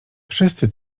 wszyscy